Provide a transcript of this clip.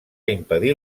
impedir